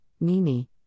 Mimi